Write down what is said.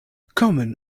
common